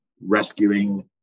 rescuing